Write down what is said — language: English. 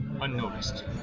unnoticed